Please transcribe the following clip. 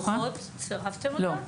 הדו"חות צירפתם אותם?